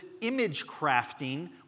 image-crafting